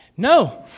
No